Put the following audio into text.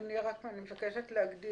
אדוני, אני מבקשת להגדיר.